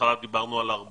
בהתחלה דיברנו על ארבעה.